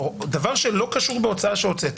דבר שלא קשור בהוצאה שהוצאת